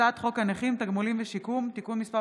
הצעת חוק הנכים (תגמולים ושיקום) (תיקון מס'